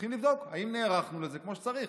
צריכים לבדוק אם נערכנו לזה כמו שצריך.